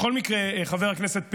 בכל מקרה, חבר הכנסת פינדרוס,